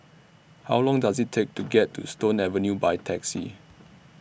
How Long Does IT Take to get to Stone Avenue By Taxi